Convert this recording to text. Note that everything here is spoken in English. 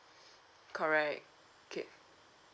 correct okay